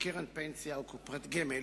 בקרן פנסיה או קופות גמל,